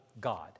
God